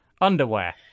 underwear